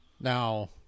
Now